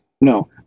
No